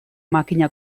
makina